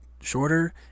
shorter